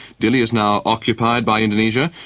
dili is now occupied by indonesia,